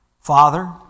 Father